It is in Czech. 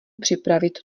připravit